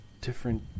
different